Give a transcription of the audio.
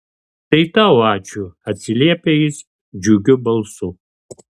tai tau ačiū atsiliepia jis džiugiu balsu